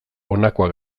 honakoa